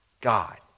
God